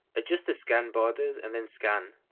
adjust the scan borders and then scan,